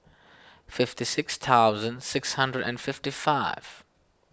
fifty six thousand six hundred and fifty five